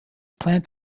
planned